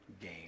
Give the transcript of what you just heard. game